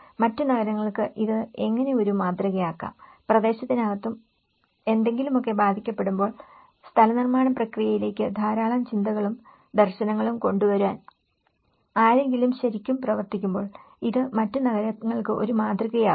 മറ്റ് നഗരങ്ങൾക്ക് ഇത് എങ്ങനെ ഒരു മാതൃകയാകാം പ്രദേശത്തിനകത്തും എന്തെങ്കിലുമൊക്കെ ബാധിക്കപ്പെടുമ്പോൾ സ്ഥലനിർമ്മാണ പ്രക്രിയയിലേക്ക് ധാരാളം ചിന്തകളും ദർശനങ്ങളും കൊണ്ടുവരാൻ ആരെങ്കിലും ശരിക്കും പ്രവർത്തിക്കുമ്പോൾ ഇത് മറ്റു നഗരങ്ങൾക്ക് ഒരു മാതൃകയാകും